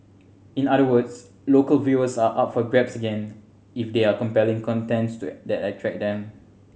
in other words local viewers are up for grabs again if there are compelling content to attract them